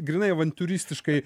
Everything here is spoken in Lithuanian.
grynai avantiūristiškai